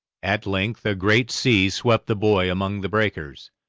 at length a great sea swept the boy among the breakers,